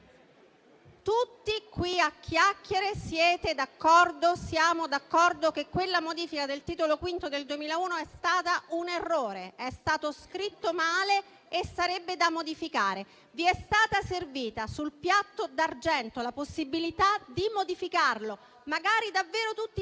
Tutti qui, a chiacchiere, siamo d'accordo che quella modifica del Titolo V del 2001 sia stata un errore: è stata scritta male e sarebbe da modificare. Vi è stata servita sul piatto d'argento la possibilità di modificarla, magari davvero tutti insieme: